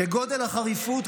כגודל החריפות,